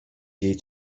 jej